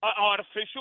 artificial